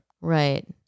Right